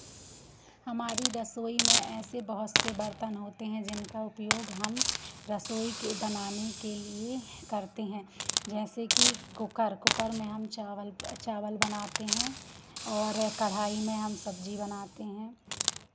हमारी रसोई में ऐसे बहुत से बर्तन होते हैं जिनका उपयोग हम रसोई के बनाने के लिए करते हैं जैसे कि कूकर कूकर में हम चावल चावल बनाते हैं और कड़ाही में हम सब्ज़ी बनाते हैं